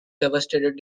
devastated